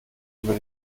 über